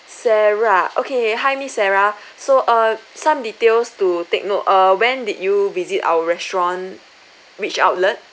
sarah okay hi miss sarah so err some details to take note err when did you visit our restaurant which outlet